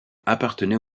appartenait